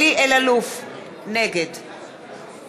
נגד